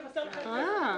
יכולתי לבשר לך לפני עשר דקות.